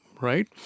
right